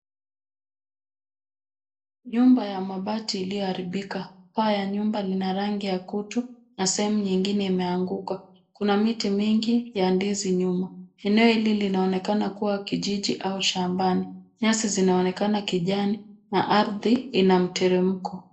Nyumba ya mabati iliyo haribika. Paa ya nyumba lina rangi ya kutu na sehemu ingine imeanguka. Kuna miti mingi ya ndizi nyuma. Eneo hili linaonekana kuwa kijiji au shambani. Nyasi zinaonekana kijani na ardhi ina mteremko.